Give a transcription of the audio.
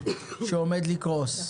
שעומד לקרוס.